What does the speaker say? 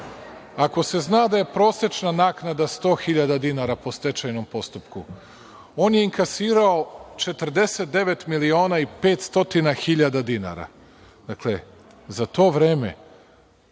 Ako se zna da je prosečna naknada 100.000 dinara po stečajnom postupku, on je inkasirao 49.500.000 dinara. Dakle, za to vreme